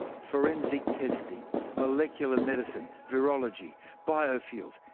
forensic testing, molecular medicine, virology, biofuels,